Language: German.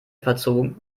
verzogen